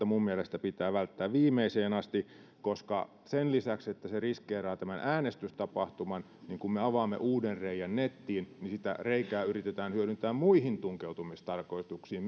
minun mielestäni pitää välttää viimeiseen asti koska sen lisäksi että se riskeeraa tämän äänestystapahtuman niin kun me avaamme uuden reiän nettiin sitä reikää yritetään hyödyntää myös muihin tunkeutumistarkoituksiin